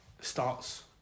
starts